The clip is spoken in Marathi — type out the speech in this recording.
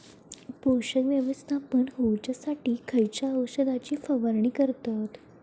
पोषक व्यवस्थापन होऊच्यासाठी खयच्या औषधाची फवारणी करतत?